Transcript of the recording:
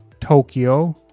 Tokyo